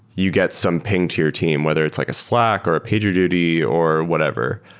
you get some ping to your team. whether it's like a slack, or a pagerduty, or whatever.